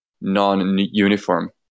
non-uniform